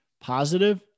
positive